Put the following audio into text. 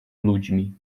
ludźmi